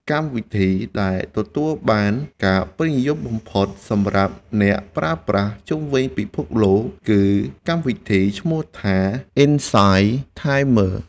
កម្មវិធីដែលទទួលបានការពេញនិយមបំផុតសម្រាប់អ្នកប្រើប្រាស់ជុំវិញពិភពលោកគឺកម្មវិធីឈ្មោះថា អ៊ិនសាយ ថាយមឺរ។